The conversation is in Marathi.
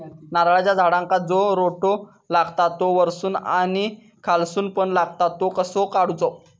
नारळाच्या झाडांका जो रोटो लागता तो वर्सून आणि खालसून पण लागता तो कसो काडूचो?